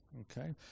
okay